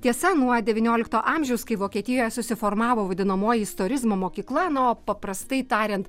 tiesa nuo devyniolikto amžiaus kai vokietijoj susiformavo vadinamoji istorizmo mokykla nu o paprastai tariant